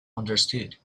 understood